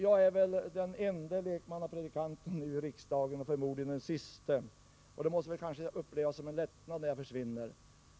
Jag är väl nu den ende lekmannapredikanten i riksdagen och förmodligen också den siste, och det måste kanske upplevas som en lättnad när jag försvinner.